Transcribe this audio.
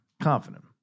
confident